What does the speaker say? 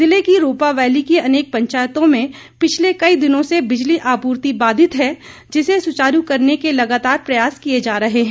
जिले की रोपा वैली की अनेक पंचायतों में पिछले कई दिनों से बिजली आपूर्ति बाधित है जिसे सुचारू करने के लगातार प्रयास किये जा रहे है